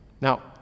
Now